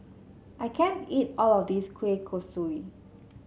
I can't eat all of this Kueh Kosui